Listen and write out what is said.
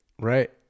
Right